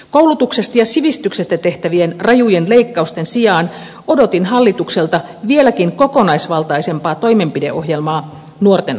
koulutuksesta ja sivistyksestä tehtävien rajujen leikkausten sijaan odotin hallitukselta vieläkin kokonaisvaltaisempaa toimenpideohjelmaa nuorten auttamiseksi